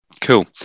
Cool